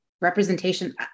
representation